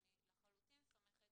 אני לחלוטין סומכת